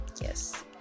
yes